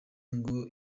ngo